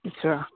अच्छा